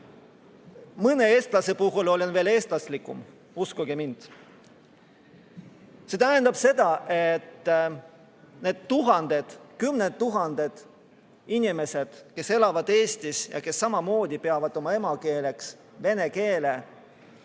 Mõnest eestlasest olen veel eestlaslikum, uskuge mind. See tähendab seda, et need tuhanded, kümned tuhanded inimesed, kes elavad Eestis ja kes peavad oma emakeeleks vene keelt,